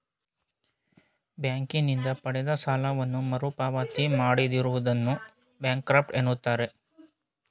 ಬ್ಯಾಂಕಿನಿಂದ ಪಡೆದ ಸಾಲವನ್ನು ಮರುಪಾವತಿ ಮಾಡದಿರುವುದನ್ನು ಬ್ಯಾಂಕ್ರಫ್ಟ ಎನ್ನುತ್ತಾರೆ